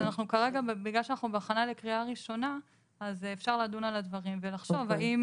בגלל שאנחנו בהכנה לקריאה ראשונה אז אפשר לדון על הדברים ולחשוב האם